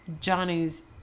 Johnny's